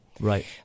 Right